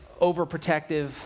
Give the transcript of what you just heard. overprotective